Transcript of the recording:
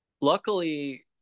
luckily